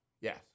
yes